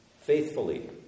faithfully